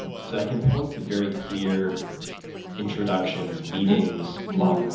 so i can point to very clear introductions, meetings, blog.